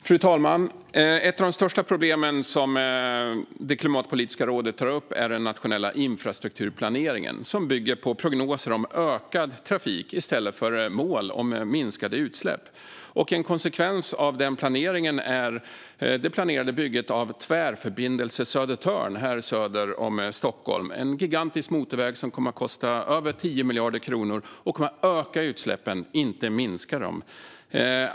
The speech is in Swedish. Fru talman! Ett av de största problemen som Klimatpolitiska rådet tar upp är den nationella infrastrukturplaneringen, som bygger på prognoser om ökad trafik i stället för mål om minskade utsläpp. En konsekvens av den planeringen är det planerade bygget av Tvärförbindelse Södertörn söder om Stockholm - en gigantisk motorväg som kommer att kosta över 10 miljarder kronor och som kommer att öka utsläppen, inte minska dem.